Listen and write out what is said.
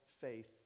faith